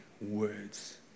words